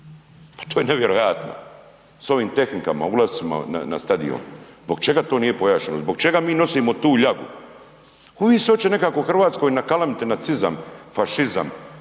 Pa to je nevjerojatno, sa ovim tehnikama, ulascima na stadion, zbog čega to nije pojašnjeno, zbog čega mi nosimo tu ljagu? Uvik se hoće nekako u Hrvatskoj nakalamiti nacizam, fašizam